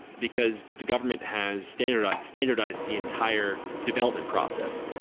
because the government has standardized standardized the entire development process.